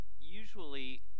Usually